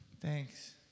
Thanks